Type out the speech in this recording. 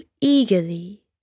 eagerly